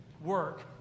work